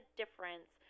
difference